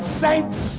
saints